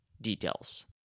details